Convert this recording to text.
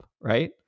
right